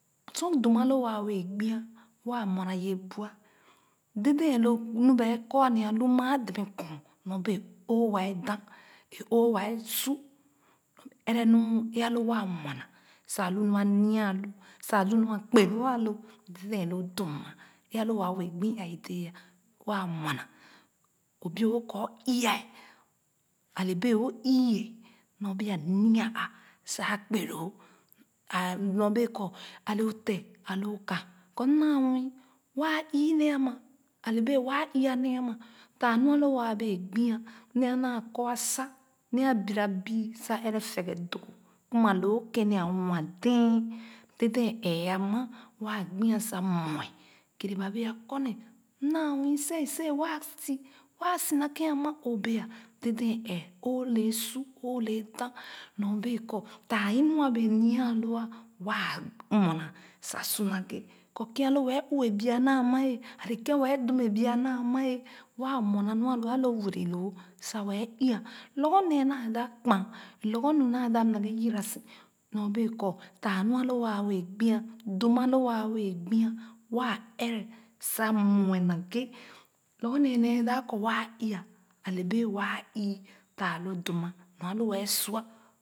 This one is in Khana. Sor dum a lo wa wɛɛ gbu ah waa mue na ye bu ah dèdèn lo nu ba ɛɛ kɔ a nee lu maa dɛmɛ kɔɔn nyo bee oō wɛɛ da e oo wa wɛɛ su ɛrɛ nu e a lo waa mue naa sa a lu nua nya a lo sa a lu nu a kpe-loo a lo dèdèn. Lo dum e a le waa bee gbu a e dɛɛ waa mue na oo bilu-wo ii-ya a le bee oo ii-ye nyo bee a nya a sa a kpe loo ah nyo bee kɔ lo te a le o ka kɔ m naa nwii waa ii nee ama a le bee waa iiya nee ama taa nu a lo waa bee gbia nee a naa kɔ asa nee a birabii sa ɛrɛ fɛgɛ dogo kuma loo kèn nee a nwa dee dèdèn ɛɛ ama waa gbi sa mue keerɛ ba bee a kɔ ne m maa nwii seiye seiye waa si wo a si na kèn ama o bia dèdèn ɛɛ o le su o le dap nyo bee kɔ tah i nu a bee nya a lo ah waa mue naa sa su naghe kɔ kèn a lo wẹɛ ɔue bia naa mae ale kèn wɛɛ dum bia naa ma e waa mue naa nu a lo wereloo sa wɛɛ ii-ya lorgor nee naa dap kpan lorgor nu naa dap naghe yora su nyo bee kɔ tah nu a lo waa wɛɛ gbia dum a lo waa wɛɛ gbi wa ɛrɛ sa mue na ghe lorgor nee naa dap kɔ waa ii-ya ale bee waa ú fah lo dum ama nu a lo wɛɛ sua.